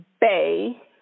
bay